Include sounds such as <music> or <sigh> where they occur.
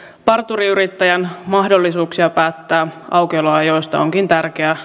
parturiyrittäjän mahdollisuuksia päättää aukioloajoista onkin tärkeää <unintelligible>